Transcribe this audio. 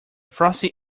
frosty